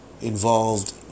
involved